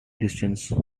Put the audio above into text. distance